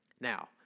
Now